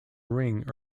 ring